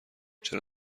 چرا